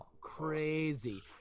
crazy